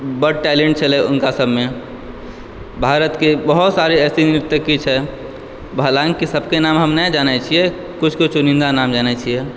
बड्ड टेलेंट छलह हुनका सभमे भारतके बहुत सारा ऐसे नर्तकी छै हलाँकि सभकऽ नाम हम नहि जानैत छियै कुछ कुछ चुनिंदा नाम जानैत छियै